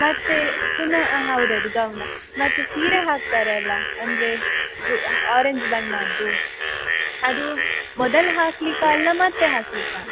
ಮತ್ತೆ ಪುನಃ ಹಾಂ ಹೌದು ಹೌದು ಗೌನ್ ಮತ್ತೆ ಸೀರೆ ಹಾಕ್ತಾರೆ ಅಲ್ಲ ಅಂದರೆ ಗು ಆರೆಂಜ್ ಬಣ್ಣದ್ದು ಅದು ಮೊದಲು ಹಾಕಲಿಕ್ಕಾ ಅಲ್ಲ ಮತ್ತೆ ಹಾಕಲಿಕ್ಕಾ